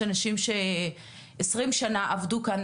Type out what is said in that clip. יש אנשים שעשרים שנה עבדו כאן,